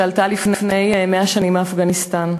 שעלתה לפני 100 שנים מאפגניסטן.